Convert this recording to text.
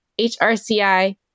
HRCI